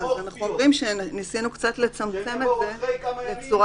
מרחב הציבורי של המתגוררים דרך קבע" וכו' "כדי למנוע את